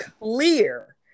clear